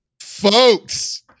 folks